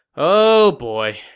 ohhhh boy.